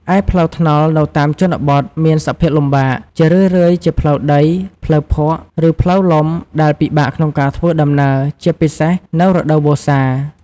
ឯផ្លូវថ្នល់នៅតាមជនបទមានសភាពលំបាក ជារឿយៗជាផ្លូវដី ផ្លូវភក់ ឬផ្លូវលំដែលពិបាកក្នុងការធ្វើដំណើរ ជាពិសេសនៅរដូវវស្សា។